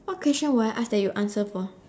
what question will I ask that you answer for